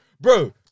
Bro